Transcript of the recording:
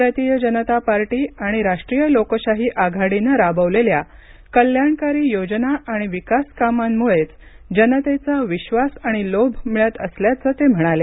भारतीय जनता पार्टी आणि राष्ट्रीय लोकशाही आघाडीनं राबवलेल्या कल्याणकारी योजना आणि विकास कामांमुळेच जनतेचा विश्वास आणि लोभ मिळत असल्याचं ते म्हणाले